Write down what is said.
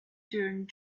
doing